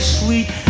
sweet